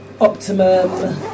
Optimum